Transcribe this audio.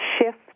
shift